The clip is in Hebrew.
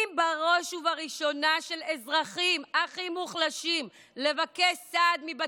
ובראשונה באפשרות של אזרחים הכי מוחלשים לבקש סעד מבתי המשפט.